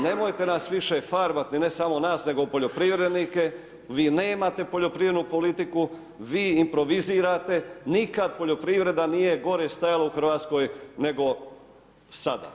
Nemojte nas više farbati ni ne samo nas nego poljoprivrednike, vi nemate poljoprivrednu politiku, vi improvizirate, nikad poljoprivreda nije gore stajala u Hrvatskoj nego sada.